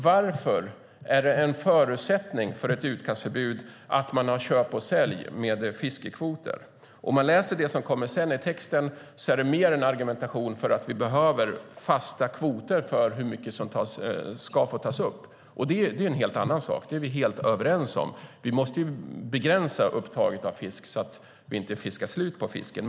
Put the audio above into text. Varför är det en förutsättning för ett utkastförbud att man har ett köp och säljsystem med fiskekvoter? Det som kommer längre ned i texten är mer en argumentation för att vi behöver fasta kvoter för hur mycket som ska få tas upp. Det är ju en helt annan sak. Det är vi helt överens om. Vi måste begränsa upptaget av fisk så att vi inte fiskar slut på fisken.